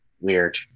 Weird